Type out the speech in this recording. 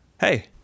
Hey